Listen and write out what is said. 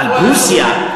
אבל פרוסיה,